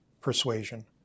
persuasion